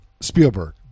Spielberg